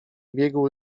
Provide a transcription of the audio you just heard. biegł